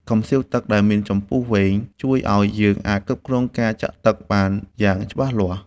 កំសៀវទឹកដែលមានចំពុះវែង ជួយឱ្យយើងអាចគ្រប់គ្រងការចាក់ទឹកបានយ៉ាងច្បាស់លាស់។